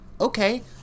Okay